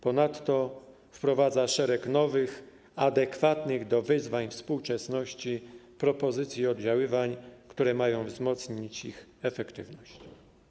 Ponadto wprowadza szereg nowych, adekwatnych do wyzwań współczesności propozycji i oddziaływań, które mają wzmocnić ich efektywność.